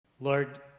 Lord